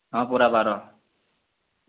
ହଁ ପୁରା ବାର